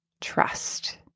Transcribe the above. trust